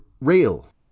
rail